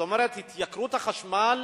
כלומר התייקרות החשמל